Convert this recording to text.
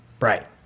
Right